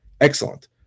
excellent